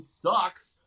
sucks